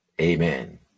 amen